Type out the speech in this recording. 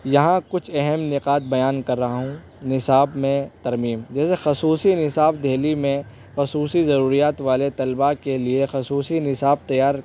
یہاں کچھ اہم نقاط بیان کر رہا ہوں نصاب میں ترمیم جیسے خصوصی نصاب دہلی میں خصوصی ضروریات والے طلبہ کے لیے خصوصی نصاب تیار